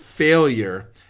Failure